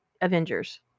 Avengers